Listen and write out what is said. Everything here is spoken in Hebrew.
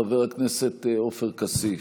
חבר הכנסת עופר כסיף,